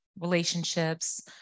relationships